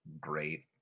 great